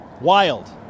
Wild